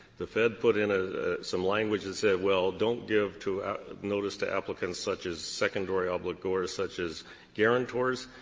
the fed put in a some language that and said, well, don't give to notice to applicants such as secondary ah obligors, such as guarantors.